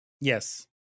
Yes